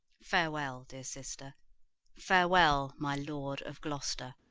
farewell, dear sister farewell, my lord of gloster.